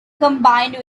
combined